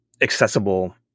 accessible